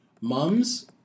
Mums